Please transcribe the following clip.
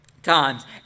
times